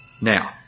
Now